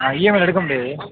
ஆ இஎம்ஐயில் எடுக்க முடியாது